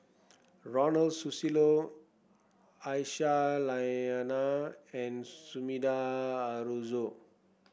Ronald Susilo Aisyah Lyana and Sumida Haruzo